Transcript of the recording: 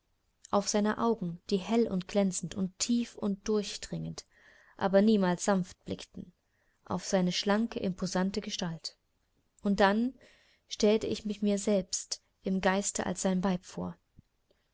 auf seine augen die hell und glänzend und tief und durchdringend aber niemals sanft blickten auf seine schlanke imposante gestalt und dann stellte ich mich mir selbst im geiste als sein weib vor